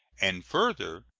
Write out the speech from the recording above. and, further,